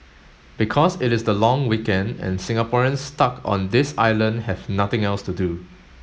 because it is the long weekend and Singaporeans stuck on this island have nothing else to do